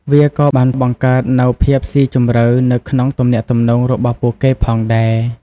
វាក៏បានបង្កើតនូវភាពស៊ីជម្រៅនៅក្នុងទំនាក់ទំនងរបស់ពួកគេផងដែរ។